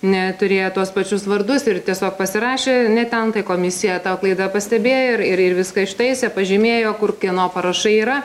turėjo tuos pačius vardus ir tiesiog pasirašė ne ten tai komisija tą klaidą pastebėjo ir ir viską ištaisė pažymėjo kur kieno parašai yra